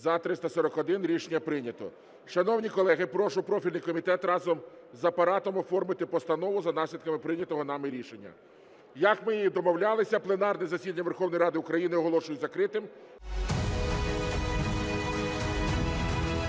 За-341 Рішення прийнято. Шановні колеги, я прошу профільний комітет разом з Апаратом оформити постанову за наслідками прийнятого нами рішення. Як ми і домовлялися, пленарне засідання Верховної Ради України оголошую закритим.